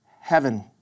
Heaven